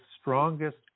strongest